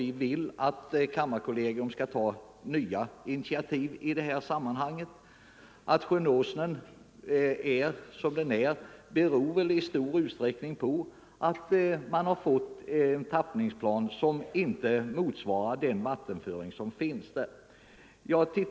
Vad vi önskar är att kammarkollegiet skall ta nya initiativ i detta sammanhang. Vattenförhållandena i sjön Åsnen torde i stor utsträckning bero på att tappningsplanen inte svarar mot den naturliga vattenföringen.